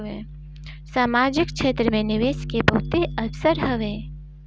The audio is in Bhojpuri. सामाजिक क्षेत्र में निवेश के बहुते अवसर हवे